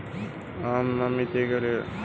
अमित ने पपीता खाने के बाद पपीता के बीज इकट्ठा किए